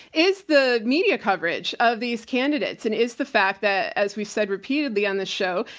is the media coverage of these candidates and is the fact that as we've said repeatedly on this show,